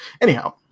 anyhow